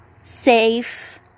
safe